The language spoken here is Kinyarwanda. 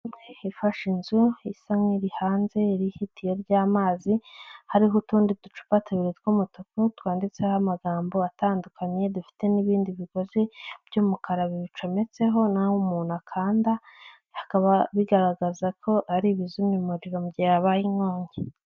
Ifashe inzu isa nk'iri hanze iriho itiyo ry'amazi, hariho utundi ducupa tubiri tw'umutuku twanditseho amagambo atandukanye, dufite n'ibindi bigozi by'umukara bibicometseho n'aho umuntu akanda, hakaba bigaragaza ko ari ibizimya umuriro mu gihe habaye inkongi.